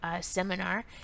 seminar